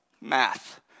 math